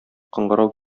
кыңгырау